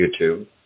YouTube